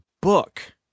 book